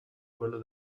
quello